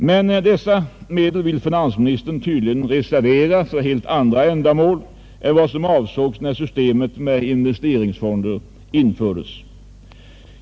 Men dessa medel vill finansministern tydligen reservera för helt andra ändamål än vad som avsågs när systemet med investeringsfonder infördes.